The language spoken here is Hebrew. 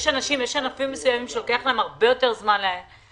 יש ענפים מסוימים שלוקח להם הרבה יותר זמן לחזור.